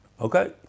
Okay